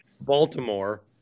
Baltimore